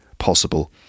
Possible